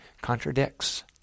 contradicts